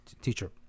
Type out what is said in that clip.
teacher